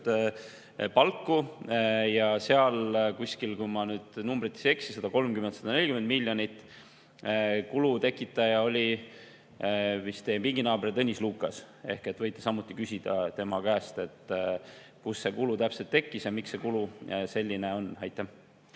palku ja seal oli, kui ma nüüd numbritega ei eksi, 130–140 miljonit. Kulu tekitaja oli vist teie pinginaaber Tõnis Lukas ehk võite samuti küsida tema käest, kust see kulu täpselt tekkis ja miks see kulu selline on. Aitäh!